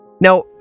Now